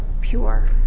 pure